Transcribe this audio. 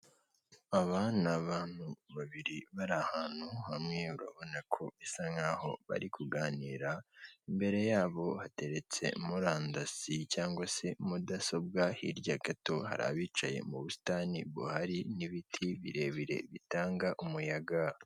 Aba ni abantu babiri bari ahantu hamwe ubona ko bisa nkaho bari kuganira, imbere yabo hateretse murandasi cyangwa se mudasobwa, hirya gato hari abicaye mu busitani buhari n'ibiti birebire bitanga umuyaga.